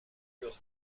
leur